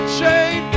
chain